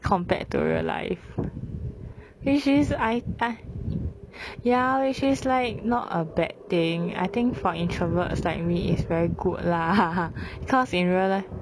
compared to real life which is I I ya which is like not a bad thing I think for introverts like me is very good lah cause in real life